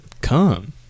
Come